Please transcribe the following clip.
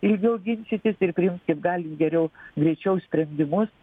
ilgiau ginčytis ir priimt kaip galit geriau greičiau sprendimus